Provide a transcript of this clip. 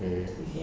okay